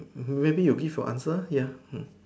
maybe you give your answer ya mm